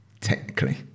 technically